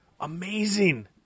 amazing